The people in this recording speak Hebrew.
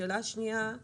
שאלה שנייה,